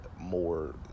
more